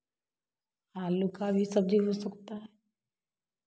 आलू का भी सब्ज़ी भी सूखता है